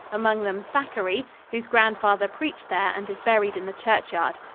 among them thackeray, whose grandfather preached there and is buried in the churchyard.